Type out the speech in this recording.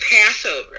Passover